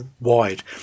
wide